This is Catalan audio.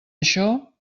això